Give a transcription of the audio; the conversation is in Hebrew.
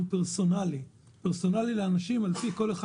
הוא פרסונלי לאנשים, כל אחד